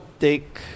take